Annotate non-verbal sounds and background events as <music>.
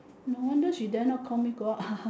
no wonder she dare not call me go out <laughs>